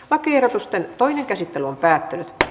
lakiehdotusten toinen käsittely päättyi